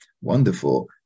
Wonderful